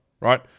right